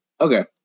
Okay